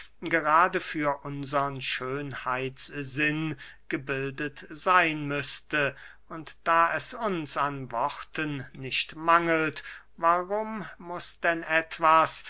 gerade für unsern schönheitssinn gebildet seyn müßte und da es uns an worten nicht mangelt warum muß denn etwas